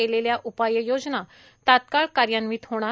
केलेल्या उपाययोजना तात्काळ कार्यान्वीत होणार